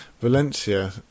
Valencia